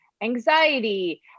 anxiety